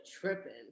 tripping